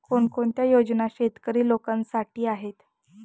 कोणकोणत्या योजना शेतकरी लोकांसाठी आहेत?